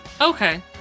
Okay